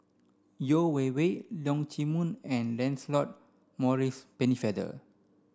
Yeo Wei Wei Leong Chee Mun and Lancelot Maurice Pennefather